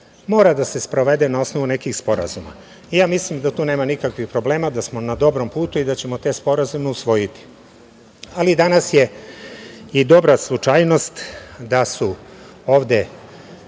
mora da se sprovede na osnovu nekih sporazuma. Ja mislim da tu nema nikakvih problema, da smo na dobrom putu i da ćemo te sporazume usvojiti. Ali, danas je i dobra slučajnost da su ovde